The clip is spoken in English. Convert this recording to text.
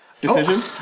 decision